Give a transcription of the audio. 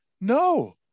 No